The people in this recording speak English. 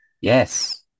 Yes